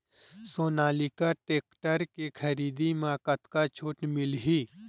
Sonalika tractor के खरीदी मा कतका छूट मीलही?